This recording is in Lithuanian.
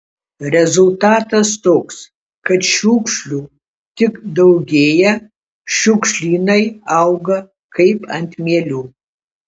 rezultatas toks kad šiukšlių tik daugėja šiukšlynai auga kaip ant mielių